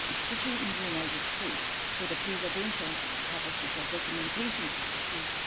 especially in the united states for the preservation purposes, or documentation purposes,